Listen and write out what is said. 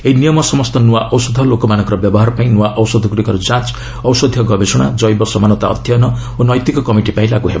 ଏହି ନିୟମ ସମସ୍ତ ନୂଆ ଔଷଧ ଲୋକମାନଙ୍କର ବ୍ୟବହାର ପାଇଁ ନୂଆ ଔଷଧ ଗୁଡ଼ିକର ଯାଞ୍ଚ ଔଷଧୀୟ ଗବେଷଣା ଜୈବ ସମାନତା ଅଧ୍ୟୟନ ଓ ନୈତିକ କମିଟି ପାଇଁ ଲାଗୁ ହେବ